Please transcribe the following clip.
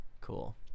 Cool